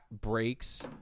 breaks